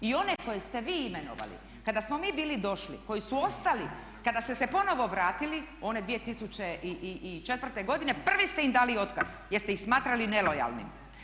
I one koje ste vi imenovali kada smo mi bili došli koji su ostali kada ste se ponovno vratili one 2004. godine prvi ste im dali otkaz, jer ste ih smatrali nelojalnim.